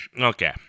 okay